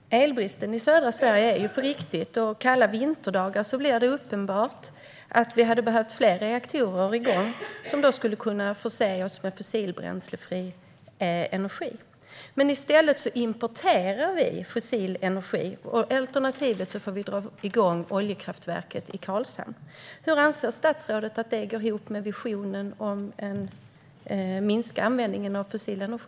Herr talman! Elbristen i södra Sverige är på riktigt. Kalla vinterdagar blir det uppenbart att vi hade behövt fler reaktorer igång som skulle kunna förse oss med fossilbränslefri energi. I stället importerar vi fossil energi. Alternativet är att vi får dra igång oljekraftverket i Karlshamn. Hur anser statsrådet att det går ihop med visionen om att minska användningen av fossil energi?